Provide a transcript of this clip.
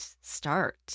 Start